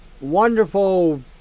wonderful